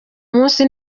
munsi